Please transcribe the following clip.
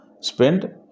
spend